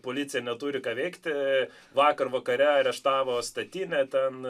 policija neturi ką veikti vakar vakare areštavo statinę ten